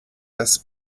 das